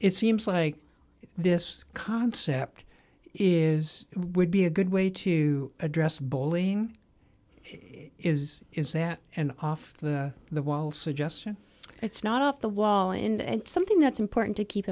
it seems like this concept is would be a good way to address bowling is is that an off the wall suggestion it's not off the wall and something that's important to keep